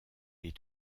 est